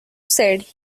said